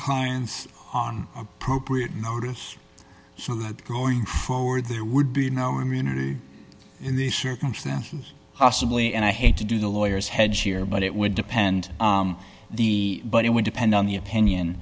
point on appropriate notice so that going forward there would be no immunity in these circumstances possibly and i hate to do the lawyers heads here but it would depend on the but it would depend on the opinion